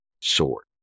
sword